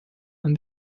and